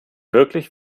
wirklich